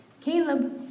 Caleb